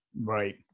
Right